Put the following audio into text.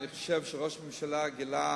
אני חושב שראש הממשלה גילה